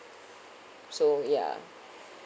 so ya